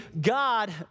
God